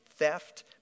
Theft